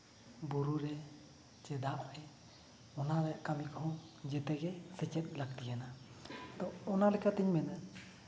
ᱵᱩᱨᱩ ᱨᱮ ᱪᱮ ᱫᱟᱜ ᱨᱮ ᱚᱱᱟ ᱨᱮᱭᱟᱜ ᱠᱟᱹᱢᱤ ᱠᱚ ᱦᱚᱸ ᱡᱮᱛᱮ ᱜᱮ ᱥᱮᱪᱮᱫ ᱞᱟᱹᱠᱛᱤᱭᱟᱱᱟ ᱟᱫᱚ ᱚᱱᱟ ᱞᱮᱠᱟᱛᱤᱧ ᱢᱮᱱᱟ